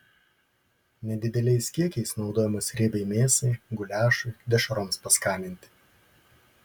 nedideliais kiekiais naudojamas riebiai mėsai guliašui dešroms paskaninti